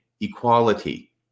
equality